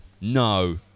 No